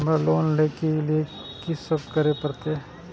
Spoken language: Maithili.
हमरा लोन ले के लिए की सब करे परते?